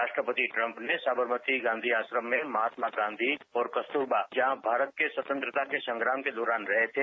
राष्ट्रपति ट्रंप ने साबरमती गांधी आश्रम में महात्मा गांधी और कस्तूरबा जहां भारत के स्वतंत्रता के संग्राम के दौरान रहे थे